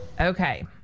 Okay